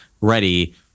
ready